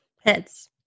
heads